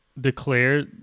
declare